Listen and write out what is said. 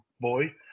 boy